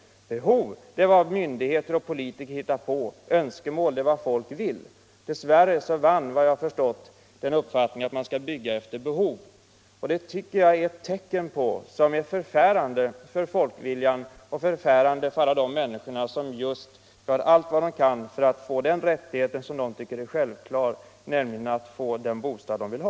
Behov är vad myndigheter och politiker hittar på, önskemål är vad folk vill ha. Dess värre vann, efter vad jag har förstått, uppfattningen att bygga efter behov. Jag tycker att det är förfärande för alla de människor som gör allt vad de kan för att få sin självklara rättighet, nämligen att få den bostad de vill ha.